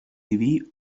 diví